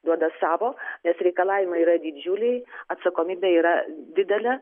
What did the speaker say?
duoda savo nes reikalavimai yra didžiuliai atsakomybė yra didelė